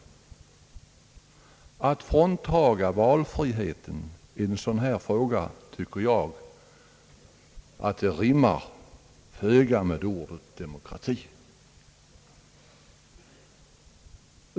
Att frånta någon valmöjligheten i en sådan här fråga tycker jag rimmar föga med ordet demokrati.